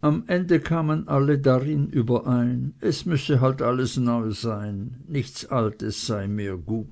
am ende kamen alle darin überein es müsse halt alles neu sein nichts altes sei mehr gut